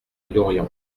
lorient